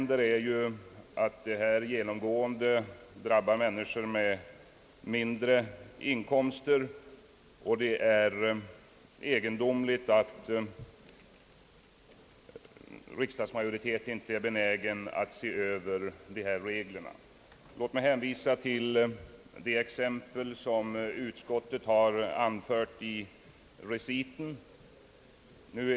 Detta drabbar genomgående människor med mindre inkomster, och det är egendomligt att riksdagsmajoriteten inte är benägen att se över dessa regler. Låt mig hänvisa till de exempel som utskottet har anfört i reciten.